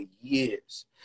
years